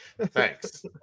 Thanks